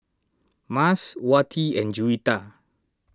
Mas Wati and Juwita